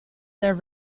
their